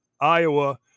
iowa